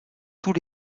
tous